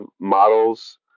models